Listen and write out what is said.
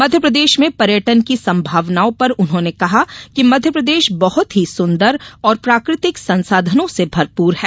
मध्यप्रदेश में पर्यटन की संभावनाओं पर उन्होंने कहा कि मध्यप्रदेश बहत ही सुन्दर और प्राकृतिक संसाधनों से भरपूर हैं